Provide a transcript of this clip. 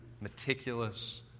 meticulous